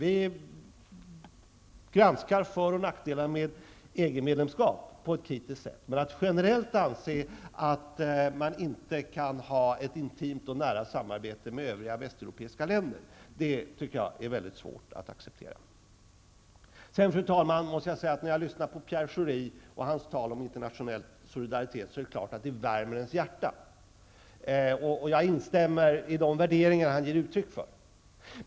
Vi granskar för och nackdelar med ett EG-medlemskap på ett kritiskt sätt, men att man generellt anser att man inte kan ha ett intimt och nära samarbete med övriga västeuropeiska länder tycker jag är svårt att acceptera. Sedan, fru talman, måste jag säga att det är klart att det värmer ens hjärta när man lyssnar på Pierre Jag instämmer i de värderingar han ger uttryck för.